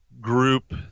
group